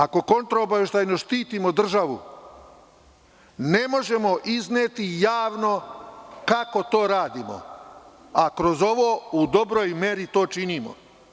Ako kontraobaveštajno štitimo državu, ne možemo izneti javno kako to radimo, a kroz ovo u dobroj meri to činimo.